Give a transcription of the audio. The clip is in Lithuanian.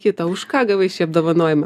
kitą už ką gavai šį apdovanojimą